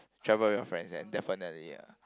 travel with your friends and definitely lah